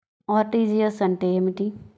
RTGS అంటే ఏమిటి?